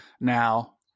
Now